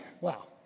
Wow